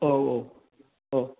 औ औ औ